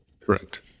Correct